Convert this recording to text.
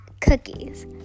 cookies